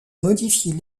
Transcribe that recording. modifier